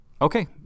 Okay